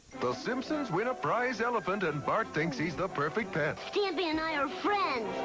the simpsons win a prize elephant and bart thinks he's the perfect pet. stampy and i are friends. ow.